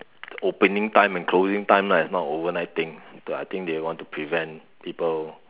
the opening time and closing time lah it's not overnight thing so I think they want to prevent people